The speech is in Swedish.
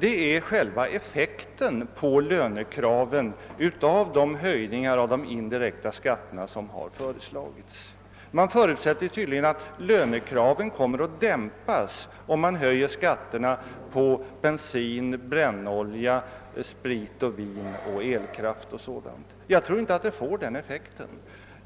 är själva effekten på lönekraven av de höjningar av de indirekta skatterna som föreslagits. Det förutsätts tydligen att lönekraven kommer att dämpas, om man höjer skatterna på bensin och brännolja, på sprit och vin, på elkraft osv. Jag tror inte att effekten blir denna.